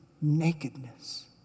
nakedness